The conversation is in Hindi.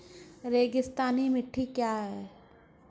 रेगिस्तानी मिट्टी क्या है?